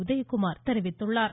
உதயகுமார் தெரிவித்துள்ளார்